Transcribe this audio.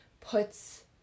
puts